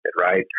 right